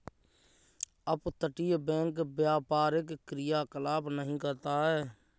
अपतटीय बैंक व्यापारी क्रियाकलाप नहीं करता है